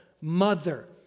mother